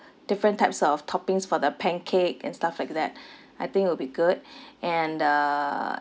different types of toppings for the pancake and stuff like that I think it'll be good and uh